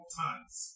times